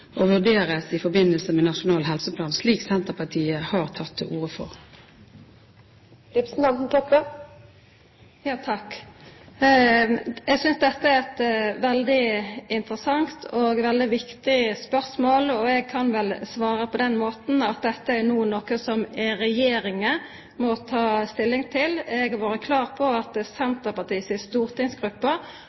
og vurderes i forbindelse med Nasjonal helseplan, slik Senterpartiet har tatt til orde for. Eg synest dette er eit veldig interessant og viktig spørsmål. Eg kan vel svara på den måten at dette no er noko som regjeringa må ta stilling til. Eg har vore klar på at Senterpartiet si stortingsgruppe